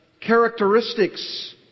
characteristics